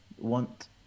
want